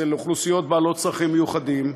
אצל אוכלוסיות בעלות צרכים מיוחדים,